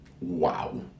Wow